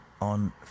on